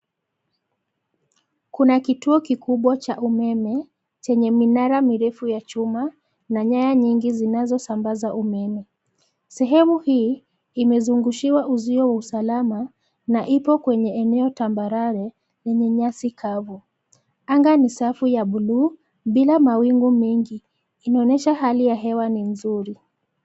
Kuna kituo kikubwa cha umeme, chenye minara mirefu ya chuma, na nyaya nyingi zinazosambaza umeme. Sehemu hii, imezungushiwa uzio wa usalama, na ipo kwenye eneo tambarare, lenye nyasi kavu. Anga ni safu ya bluu, bila mawingu mengi. Inaonyesha hali ya hewa ni nzuri.